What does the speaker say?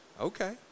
Okay